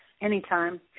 Anytime